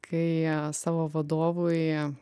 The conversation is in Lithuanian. kai savo vadovui